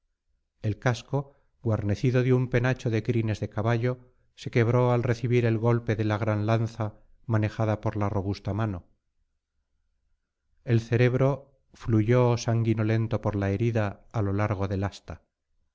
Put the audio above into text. el casco guarnecido de un penacho de crines de caballo se quebró al recibir el golpe de la gran lanza manejada por la robusta mano el cerebro fluyó sanguinolento por la herida á lo largo del asta